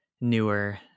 newer